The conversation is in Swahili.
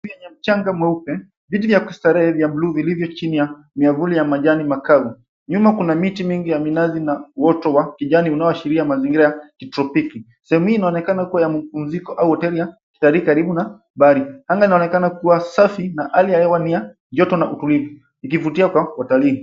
Vyenye mchanga mweupe, viti vya kustarehe ya blue vilivyo chini ya miavuli ya majani makavu. Nyuma kuna miti mingi ya minazi na woto wa kijani unaoashiria mazingira ya kitropiki. Sehemu hii inaonekana kuwa ya mapumziko au hoteli ya kitalii karibu na bahari. Anga linaonekana kuwa safi na hali ya hewa ni ya joto na utulivu, ikivutia kwa watalii.